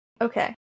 Okay